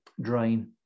drain